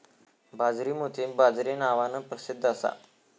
बाजरी मोती बाजरी नावान प्रसिध्द असा